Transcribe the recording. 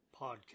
podcast